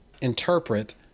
interpret